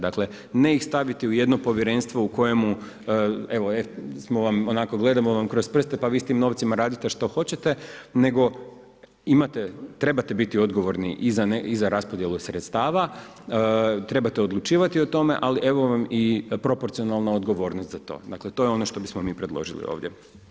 Dakle ne ih staviti u jedno povjerenstvo u kojemu evo onako gledamo vam kroz prste pa vi s tim novcima radite što hoćete, nego imate, trebate biti odgovorni i za raspodjelu sredstava, trebate odlučivati o tome, ali evo vam i proporcionalna odgovornost za to, dakle to je ono što bismo mi predložili ovdje.